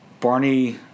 Barney